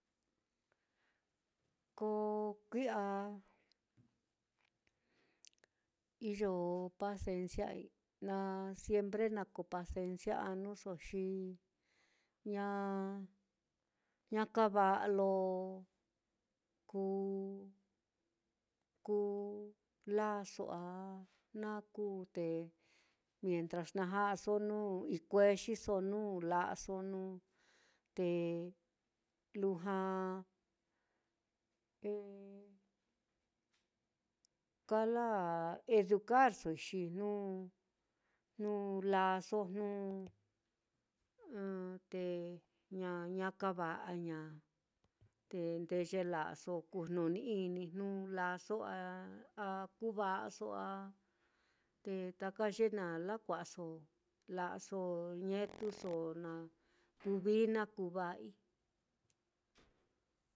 Ko kui'a iyo pacencia na siempre na ko pacencia anuso xi ña ña kava'a lo, ku ku lāāso a na kuu, te mientras na ja'aso nuu ikuexiso, nuu la'aso nuu, te lujua kala educarsoi, xi jnu jnu lāāso jnu te ña ña kava'a ña, te ndeye la'aso kujnuni-ini jnu lāāso a kuva'aso a, te taka ye naa lakua'aso la'aso, ñetuso, na kuvií na kuu va'ai.